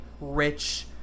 rich